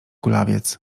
kulawiec